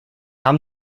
haben